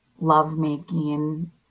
lovemaking